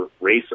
race